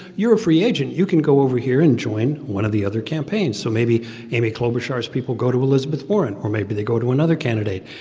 you're a free agent. you can go over here and join one of the other campaigns. so maybe amy klobuchar's people go to elizabeth warren, or maybe they go to another candidate.